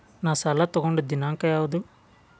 ನಾ ಸಾಲ ತಗೊಂಡು ದಿನಾಂಕ ಯಾವುದು?